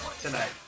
tonight